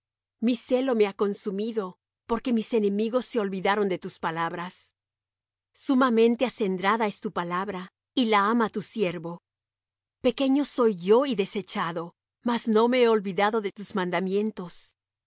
mi celo me ha consumido porque mis enemigos se olvidaron de tus palabras sumamente acendrada es tu palabra y la ama tu siervo pequeño soy yo y desechado mas no me he olvidado de tus mandamientos